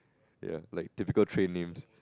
ya like typical train names